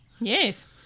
Yes